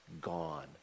gone